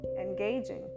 engaging